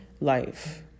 life